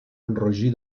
enrogir